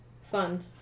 fun